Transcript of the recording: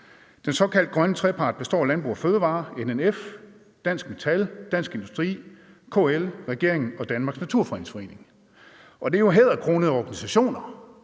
Den såkaldte grønne trepart består af Landbrug & Fødevarer, NNF, Dansk Metal, Dansk Industri, KL, regeringen og Danmarks Naturfredningsforening. Det er jo hæderkronede organisationer,